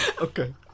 okay